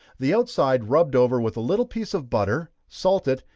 the outside rubbed over with a little piece of butter salt it,